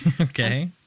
Okay